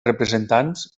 representants